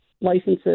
licenses